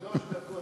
שלוש דקות,